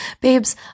babes